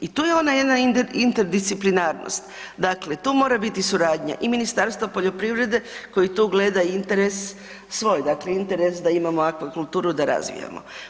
I tu je ona jedna interdisciplinarnost, dakle, tu mora biti suradnja i Ministarstva poljoprivrede koji tu gleda interes svoj, dakle interes da imamo akvakulturu, da razvijamo.